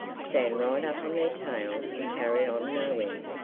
stand right up on their tails and carry on no end.